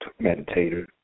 meditator